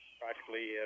Practically